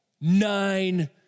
nine